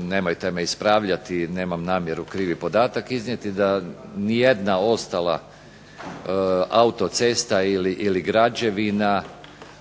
nemojte me ispravljati, nemam namjeru krivi podatak iznijeti, da nijedna ostala autocesta ili građevina